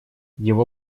его